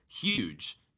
huge